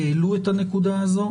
העלינו את הנקודה הזאת.